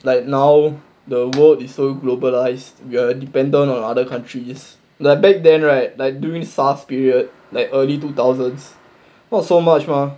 like now the world is so globalised you're dependent on other countries like back then right like during SARS period like early two thousands not so much mah